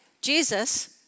Jesus